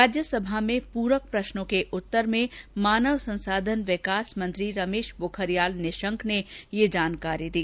राज्यसभा में पूरक प्रश्नों के उत्तर में मानव संसाधन विकास मंत्री रमेश पोखरियाल निशंक ने ये जानकारी दी